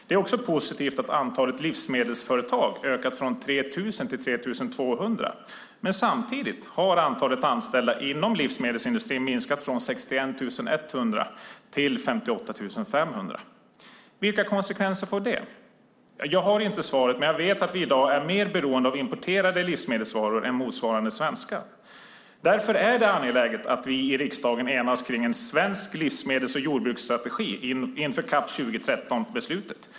Det är också positivt att antalet livsmedelsföretag ökat från 3 000 till 3 200. Men samtidigt har antalet anställda inom livsmedelsindustrin minskat från 61 100 till 58 500. Vilka konsekvenser får det? Jag har inte svaret, men jag vet att vi i dag är mer beroende av importerade livsmedelsvaror än motsvarande svenska. Därför är det angeläget att vi i riksdagen enas kring en svensk livsmedels och jordbruksstrategi inför CAP 2013-beslutet.